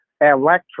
electric